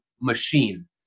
machine